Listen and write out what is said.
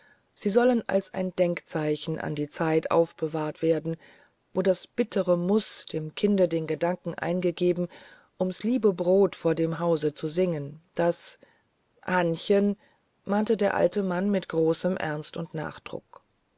sie sollen als ein denkzeichen an die zeit aufbewahrt werden wo das bittere muß dem kinde den gedanken eingegeben hat ums liebe brot vor dem hause zu singen das hannchen mahnte der alte mann mit großem ernst und nachdruck